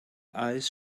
eyes